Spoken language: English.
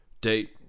date